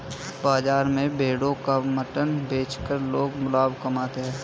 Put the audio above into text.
बाजार में भेड़ों का मटन बेचकर लोग लाभ कमाते है